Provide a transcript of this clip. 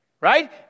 Right